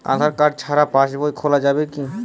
আধার card ছাড়া পাশবই খোলা যাবে কি?